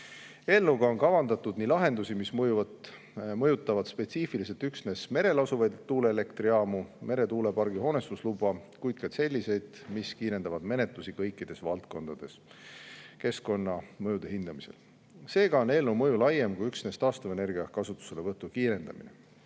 Eelnõuga on kavandatud nii lahendusi, mis mõjutavad spetsiifiliselt üksnes merel asuvaid tuuleelektrijaamu (meretuulepargi hoonestusluba), kui ka selliseid, mis kiirendavad keskkonnamõjude hindamise menetlusi kõikides valdkondades. Seega on eelnõu mõju laiem kui üksnes taastuvenergia kasutuselevõtu kiirendamine.